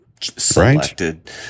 selected